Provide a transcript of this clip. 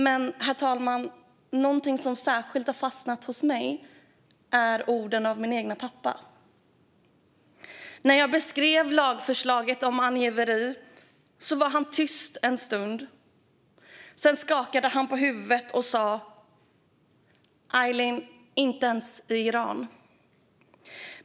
Men, herr talman, något som fastnat särskilt hos mig är min egen pappas ord. När jag beskrev lagförslaget om angiveri var han tyst en stund. Sedan skakade han på huvudet och sa: "Aylin, inte ens i Iran."